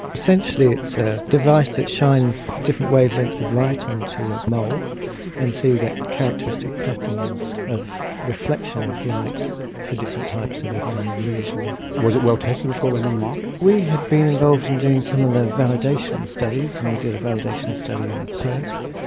essentially it's a device that shines different wave lengths of light onto a mole and so you get characteristic patterns of reflection of light for different types of abnormal lesion. was it well tested before it went on the market? we had been involved in doing some of the validation studies and we did a validation study in perth,